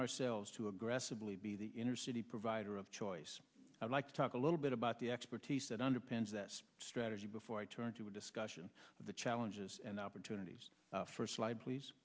ourselves to aggressively be the inner city provider of choice i'd like to talk a little bit about the expertise that underpins that strategy before i turn to a discussion of the challenges and opportunities for slide please